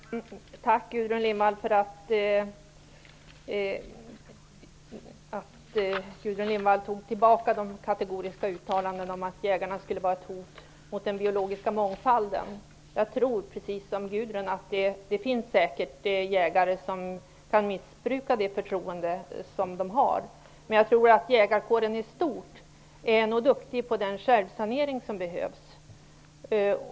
Fru talman! Jag vill tacka Gudrun Lindvall för att hon tog tillbaka de kategoriska uttalandena om att jägarna skulle vara ett hot mot den biologiska mångfalden. Jag tror, precis som Gudrun Lindvall, att det säkert finns jägare som kan missbruka sitt förtroende. Men jag tror nog att jägarkåren i stort är duktig när det gäller den självsanering som behövs.